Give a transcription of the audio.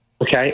Okay